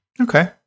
Okay